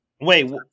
Wait